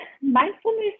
mindfulness